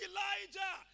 Elijah